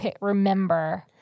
remember